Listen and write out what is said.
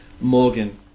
Morgan